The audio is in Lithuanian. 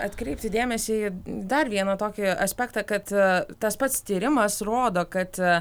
atkreipti dėmesį į dar vieną tokį aspektą kad tas pats tyrimas rodo kad